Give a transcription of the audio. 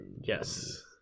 yes